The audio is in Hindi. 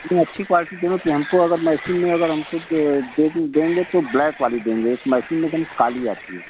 लेकिन अच्छी क्वालिटी जो होती है हमको अगर मैसिम में अगर हमको दो पीस देंगे तो ब्लैक वाली देंगे एक मैसिम एकदम काली आती है